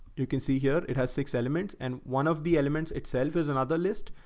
you can see here. it has six elements and one of the elements itself is another list.